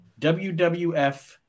WWF